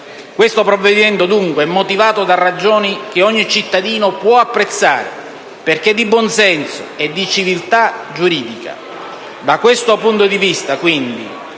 nostro esame è dunque motivato da ragioni che ogni cittadino può apprezzare, perché di buonsenso e di civiltà giuridica. Da questo punto di vista, quindi,